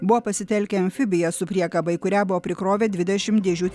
buvo pasitelkę amfibiją su priekaba į kurią buvo prikrovę dvidešimt dėžių